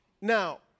Now